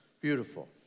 beautiful